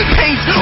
paint